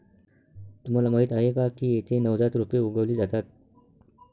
तुम्हाला माहीत आहे का की येथे नवजात रोपे उगवली जातात